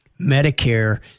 Medicare